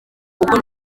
uko